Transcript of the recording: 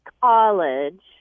college